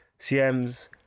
CMs